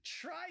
try